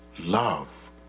Love